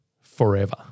forever